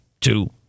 two